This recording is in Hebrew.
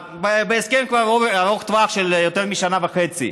בהסכם ארוך טווח של יותר משנה וחצי,